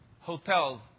hotels